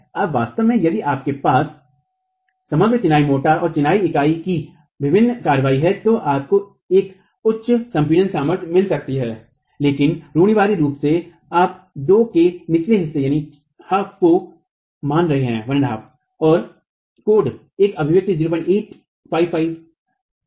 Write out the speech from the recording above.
आप वास्तव में यदि आपके पास समग्र चिनाई मोर्टार और चिनाई इकाई की अभिन्न कार्रवाई है तो आपको एक उच्च संपीड़ित सामर्थ्य मिल सकती है लेकिन रूढ़िवादी रूप से आप दो के निचले हिस्से को मान रहे हैं और कोड एक अभिव्यक्ति 0855 01t देता है